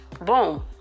Boom